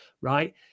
right